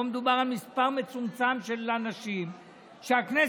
פה מדובר על מספר מצומצם של אנשים שהכנסת